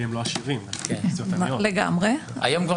משרד המשפטים אסתר גרשון מנהלת תחום פ"א הליכים חלופיים,